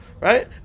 right